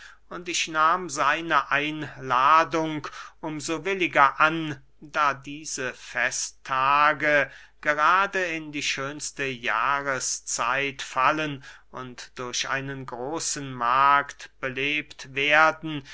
und ich nahm seine einladung um so williger an da diese festtage gerade in die schönste jahreszeit fallen und durch einen großen markt belebt werden